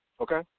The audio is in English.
Okay